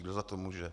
Kdo za to může?